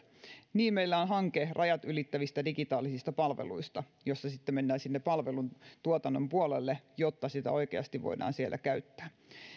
niin meillä on rajat ylittävistä digitaalisista palveluista hanke jossa sitten mennään sinne palvelutuotannon puolelle jotta sitä oikeasti voidaan siellä käyttää